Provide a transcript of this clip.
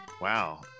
Wow